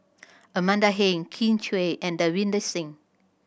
Amanda Heng Kin Chui and Davinder Singh